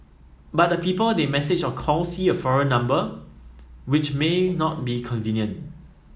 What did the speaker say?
but the people they message or call see a foreign number which may not be convenient